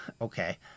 Okay